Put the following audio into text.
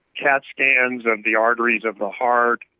cat scans of the arteries of the heart,